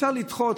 אפשר לדחות,